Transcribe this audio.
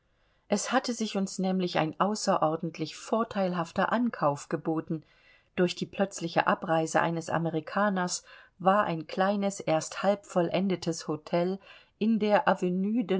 es hatte sich uns nämlich ein außerordentlich vorteilhafter ankauf geboten durch die plötzliche abreise eines amerikaners war ein kleines erst halbvollendetes hotel in der avenue